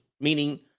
meaning